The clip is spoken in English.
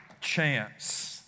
chance